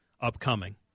upcoming